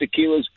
tequilas